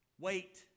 Wait